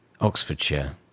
Oxfordshire